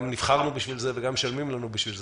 נבחרנו עבור זה ומשלמים לנו עבור זה.